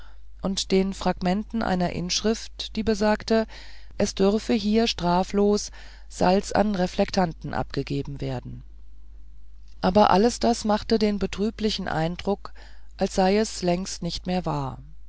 und den fragmenten einer inschrift die besagte es dürfe hier straflos salz an reflektanten abgegeben werden aber alles das machte den betrüblichen eindruck als sei es längst nicht mehr wahr